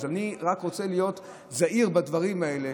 אז אני רק רוצה להיות זהיר בדברים האלה,